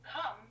come